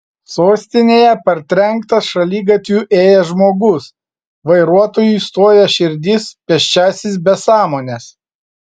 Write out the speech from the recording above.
sostinėje partrenktas šaligatviu ėjęs žmogus vairuotojui stoja širdis pėsčiasis be sąmonės